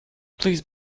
please